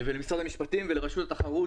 ולמשרד המשפטים ולרשות התחרות,